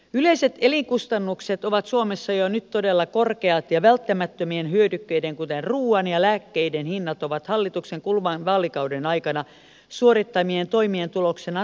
yleiset elinkustannukset ovat suomessa jo nyt todella korkeat ja välttämättömien hyödykkeiden kuten ruuan ja lääkkeiden hinnat ovat hallituksen kuluvan vaalikauden aikana suorittamien toimien tuloksena nousseet